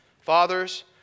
Fathers